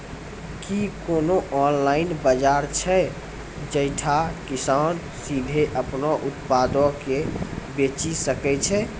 कि कोनो ऑनलाइन बजार छै जैठां किसान सीधे अपनो उत्पादो के बेची सकै छै?